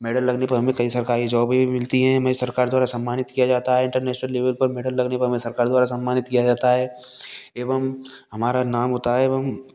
medal लगने पर हमें कई सरकारी जॉबे मिलती हैं हमें सरकार द्वारा सम्मानित किया जाता है इंटरनेशनल लेवल पर मेडल लगने पर हमें सरकार द्वारा सम्मानित किया जाता है एवं हमारा नाम होता है एवं